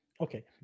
Okay